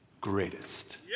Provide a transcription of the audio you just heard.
greatest